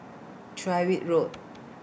Tyrwhitt Road